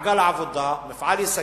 ממעגל העבודה, המפעל ייסגר,